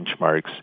benchmarks